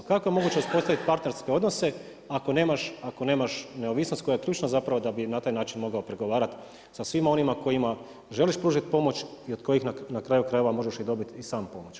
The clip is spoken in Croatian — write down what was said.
Kako je moguće uspostaviti partnerske odnose ako nemaš, ako nema neovisnost koja je ključna zapravo da bi na taj način mogao pregovarati sa svima onima kojima želiš pružiti pomoć i od kojih na kraju krajeva možeš i dobiti i sam pomoć.